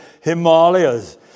Himalayas